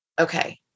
Okay